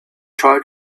tried